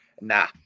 Nah